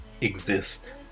exist